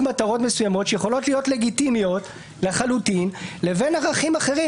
מטרות מסוימות שיכולות להיות לגיטימיות לחלוטין לבין ערכים אחרים,